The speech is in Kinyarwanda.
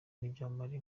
n’ibyamamare